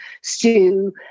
stew